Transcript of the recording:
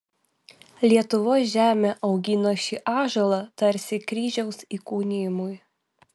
lietuvos žemė augino šį ąžuolą tarsi kryžiaus įkūnijimui